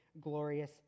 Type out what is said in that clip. glorious